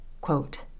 Quote